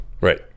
Right